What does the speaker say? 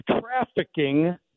trafficking